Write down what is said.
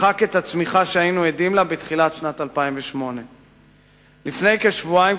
מחק את הצמיחה שהיינו עדים לה בתחילת שנת 2008. לפני כשבועיים,